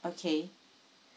okay